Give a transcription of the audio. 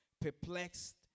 Perplexed